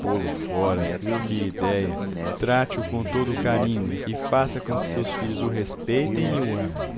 pô-lo fora que idéia trate o com todo o carinho e faça com que seus filhos o respeitem e o amem